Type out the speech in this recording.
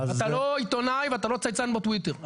אתה לא עיתונאי ואתה לא צייצן בטוויטר.